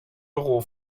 büro